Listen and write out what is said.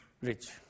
rich